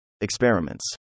experiments